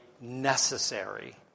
necessary